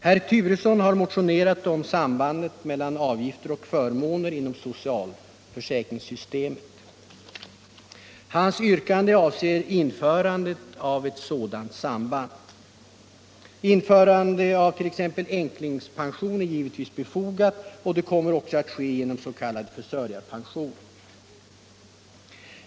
Herr Turesson har motionerat om sambandet mellan avgifter och förmåner inom socialförsäkringssystemet. Hans yrkande avser införande av ett sådant samband. Införande av t.ex. änklingspension är givetvis befogat, och det kommer också att ske genom s.k. försörjarpension.